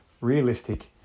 Realistic